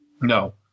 No